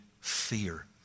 fear